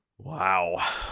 Wow